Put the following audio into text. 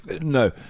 no